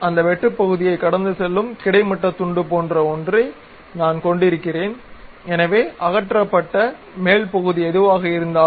அந்த வெட்டுப்பகுதியைக் கடந்து செல்லும் கிடைமட்ட துண்டு போன்ற ஒன்றை நான் கொண்டிருக்கிறேன் எனவே அகற்றப்பட்ட மேல் பகுதி எதுவாக இருந்தாலும்